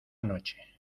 noche